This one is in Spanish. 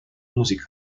música